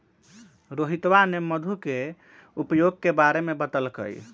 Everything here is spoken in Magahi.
रोहितवा ने मधु के उपयोग के बारे में बतल कई